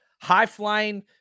high-flying